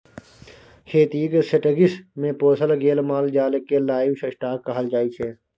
खेतीक सेटिंग्स मे पोसल गेल माल जाल केँ लाइव स्टाँक कहल जाइ छै